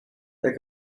that